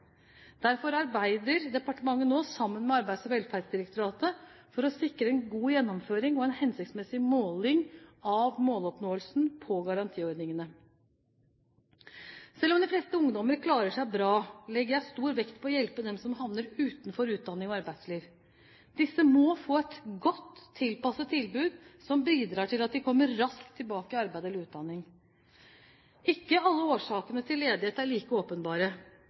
Derfor arbeider departementet nå sammen med Arbeids- og velferdsdirektoratet for å sikre en god gjennomføring og en hensiktsmessig måling av måloppnåelsen på garantiordningene. Selv om de fleste ungdommer klarer seg bra, legger jeg stor vekt på å hjelpe dem som havner utenfor utdanning og arbeidsliv. Disse må få et godt tilpasset tilbud som bidrar til at de kommer raskt tilbake i arbeid eller utdanning. Ikke alle årsakene til ledighet er like åpenbare.